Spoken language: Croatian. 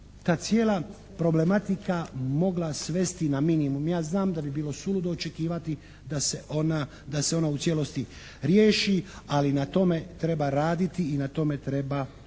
ta cijela problematika mogla svesti na minimum. Ja znam da bi bilo suludo očekivati da se ona u cijelosti riješi. Ali na tome treba raditi i na tome treba ustrajati.